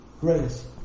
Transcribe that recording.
grace